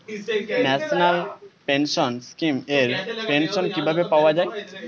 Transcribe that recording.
National pension scheme এর pension কিভাবে পাওয়া যায়?